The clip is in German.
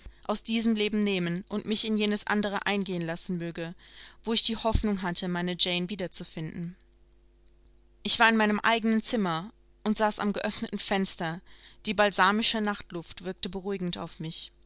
aus diesem leben nehmen und mich in jenes andere eingehen lassen möge wo ich die hoffnung hatte meine jane wieder zu finden ich war in meinem eigenen zimmer und saß am geöffneten fenster die balsamische nachtluft wirkte beruhigend auf mich